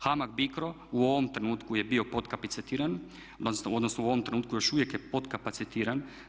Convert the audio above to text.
HAMAG BICRO u ovom trenutku je bio potkapacitiran, odnosno u ovom trenutku još uvijek je potkapacitiran.